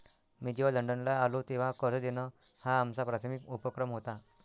मी जेव्हा लंडनला आलो, तेव्हा कर्ज देणं हा आमचा प्राथमिक उपक्रम होता